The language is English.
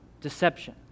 deception